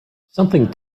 something